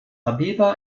abeba